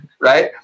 right